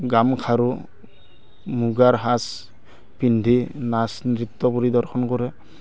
গামখাৰু মুগাৰ সাজ পিন্ধি নাচ নৃত্য পৰিদৰ্শন কৰে